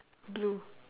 blue